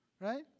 Right